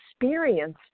experience